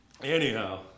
Anyhow